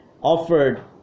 offered